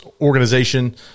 organization